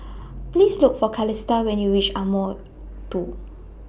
Please Look For Calista when YOU REACH Ardmore two